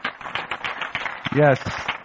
Yes